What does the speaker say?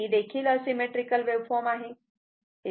ही देखील asymmetrical waveform आहे